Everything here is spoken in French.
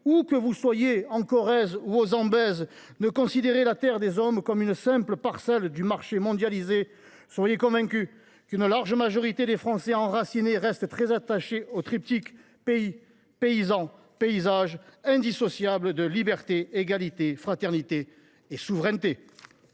où que vous soyez, en Corrèze ou au Zambèze, ne considérez la terre des hommes que comme une simple parcelle du marché mondialisé, soyez convaincue qu’une large majorité de Français enracinés restent très attachés au triptyque « pays, paysans, paysages », indissociable de la devise « liberté, égalité, fraternité »… à laquelle